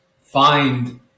find